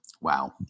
wow